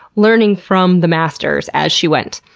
learning from the masters as she went.